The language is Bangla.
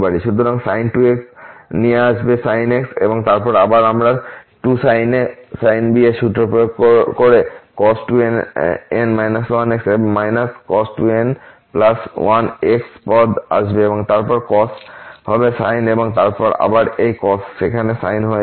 সুতরাং sin 2nx নিয়ে আসবে sin x এবং তারপর আবার 2sin a sin b সূত্র প্রয়োগ করে cos x cos 2n1x পদ আসবে এবং তারপর cos হবে সাইন এবং আবার এই cos সেখানে সাইন হয়ে যাবে